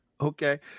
Okay